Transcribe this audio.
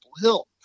Hill